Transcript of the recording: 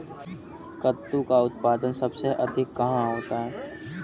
कद्दू का उत्पादन सबसे अधिक कहाँ होता है?